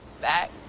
back